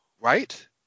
right